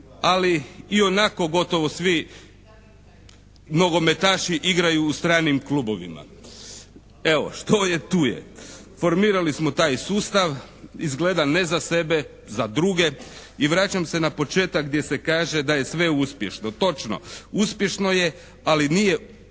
ali ionako gotovo svi nogometaši igraju u stranim klubovima. Evo, što je tu je. Formirali smo taj sustav, izgleda ne za sebe, za druge. I vraćam se na početak gdje se kaže da je sve uspješno. Točno. Uspješno je ali nije previše